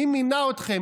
מי מינה אתכם?